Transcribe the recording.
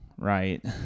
right